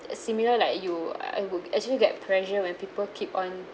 similar like you I would actually get pressure when people keep on